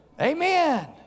Amen